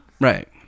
Right